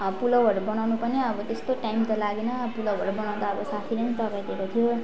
पुलाउहरू बनाउनु पनि अब त्यसतो टाइम त लागेन पुलाउहरू बनाउनु त अब साथीले सघाइदिएको थियो